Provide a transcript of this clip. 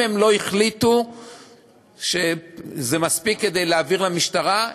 אם הם לא החליטו שזה מספיק כדי להעביר למשטרה,